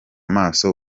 amaso